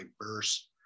diverse